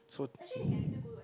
so